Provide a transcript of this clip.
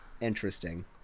interesting